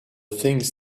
things